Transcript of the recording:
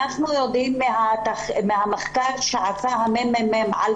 אנחנו יודעים מהמחקר שעשה מרכז המחקר והמידע של